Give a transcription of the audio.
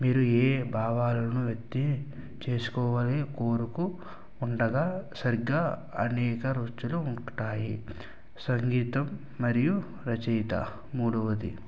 మీరు ఏ భావాలను వ్యక్తి చేసుకోవాలి కోరుకు ఉండగా సరిగ్గా అనేక రుచులు ఉంటాయి సంగీతం మరియు రచయిత మూడవది